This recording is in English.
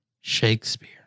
Shakespeare